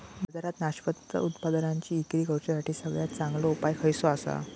बाजारात नाशवंत उत्पादनांची इक्री करुच्यासाठी सगळ्यात चांगलो उपाय खयचो आसा?